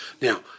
Now